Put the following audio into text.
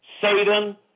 Satan